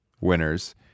winners